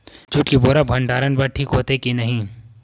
Jute के बोरा भंडारण बर ठीक होथे के नहीं?